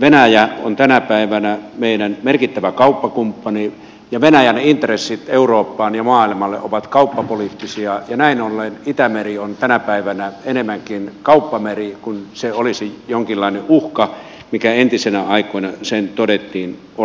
venäjä on tänä päivänä meidän merkittävä kauppakumppani ja venäjän intressit eurooppaan ja maailmalle ovat kauppapoliittisia ja näin ollen itämeri on tänä päivänä enemmänkin kauppameri kuin se olisi jonkinlainen uhka mikä entisinä aikoina sen todettiin olevan